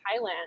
Thailand